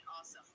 awesome